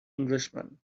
englishman